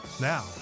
Now